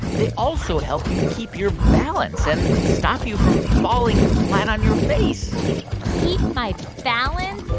they also help you keep your balance and stop you from falling flat on your face keep my balance?